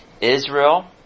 Israel